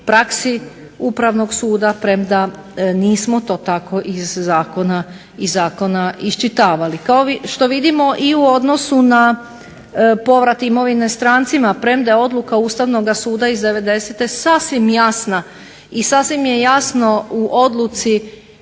praksi upravnog suda premda nismo to tako iz zakona iščitavali. Kao što vidimo i u odnosu na povrat imovine strancima premda je odluka Ustavnog suda iz 99. sasvim je jasno u odluci